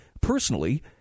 personally